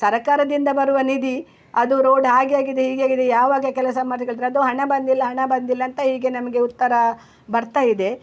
ಸರಕಾರದಿಂದ ಬರುವ ನಿಧಿ ಅದು ರೋಡ್ ಹಾಗೆ ಆಗಿದೆ ಹೀಗೆ ಆಗಿದೆ ಯಾವಾಗ ಕೆಲಸ ಮಾಡ್ಲಿಕ್ಕೆ ಹೇಳ್ತಾರೆ ಅದು ಹಣ ಬಂದಿಲ್ಲ ಹಣ ಬಂದಿಲ್ಲ ಅಂತ ಹೀಗೆ ನಮಗೆ ಉತ್ತರ ಬರ್ತಾ ಇದೆ